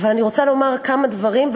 אבל אני רוצה לומר כמה דברים,